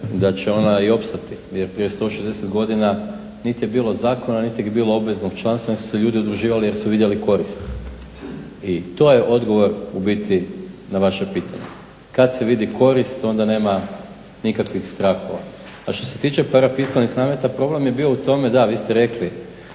da će ona i opstati jer prije 160 godina niti je bilo zakona niti je bilo obveznih članstava nego su se ljudi udruživali jer su vidjeli korist. I to je odgovor u biti na vaše pitanje. Kad se vidi korist onda nema nikakvih strahova. A što se tiče parafiskalnih nameta problem je bio u tome, da vi ste rekli